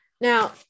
Now